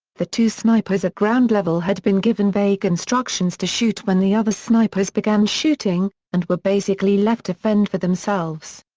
the two snipers at ground level had been given vague instructions to shoot when the other snipers began shooting, and were basically left to fend for themselves.